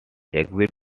exist